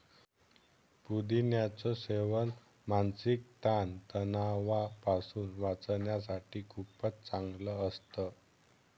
पुदिन्याच सेवन मानसिक ताण तणावापासून वाचण्यासाठी खूपच चांगलं असतं